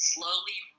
slowly